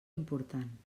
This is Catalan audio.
important